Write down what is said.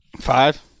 Five